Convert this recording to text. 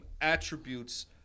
attributes